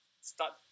start